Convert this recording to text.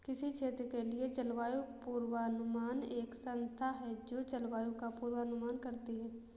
किसी क्षेत्र के लिए जलवायु पूर्वानुमान एक संस्था है जो जलवायु का पूर्वानुमान करती है